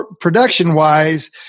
production-wise